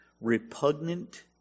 repugnant